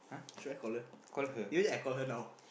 should I call imagine I call her now